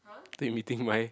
I thought you meeting Mai